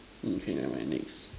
mm okay never mind next